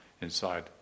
inside